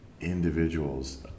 individuals